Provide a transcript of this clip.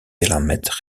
willamette